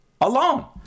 alone